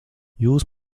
jūs